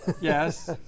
Yes